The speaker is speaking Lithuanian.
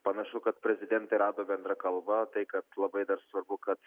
panašu kad prezidentai rado bendrą kalbą tai kad labai dar svarbu kad